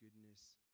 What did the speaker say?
goodness